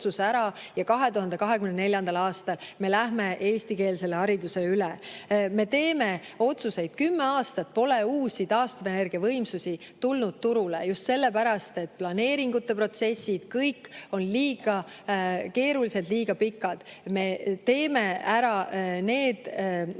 ja 2024. aastal me läheme eestikeelsele haridusele üle. Me teeme otsuseid. Kümme aastat pole uusi taastuvenergiavõimsusi tulnud turule just sellepärast, et planeeringute protsessid on liiga keerulised, liiga pikad. Me teeme ära need